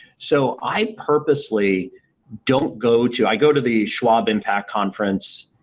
so, i purposely don't go to i go to the schwab impact conference